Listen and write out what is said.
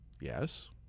Yes